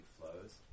flows